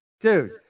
Dude